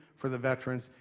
for the veterans.